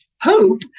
hope